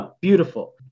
Beautiful